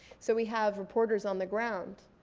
so we have reporters on the ground.